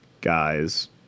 Guys